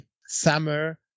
summer